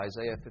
Isaiah